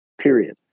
period